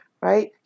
right